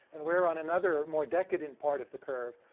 and we're on another, more decadent part of the curve?